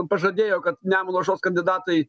pažadėjo kad nemuno aušros kandidatai